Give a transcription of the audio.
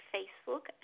Facebook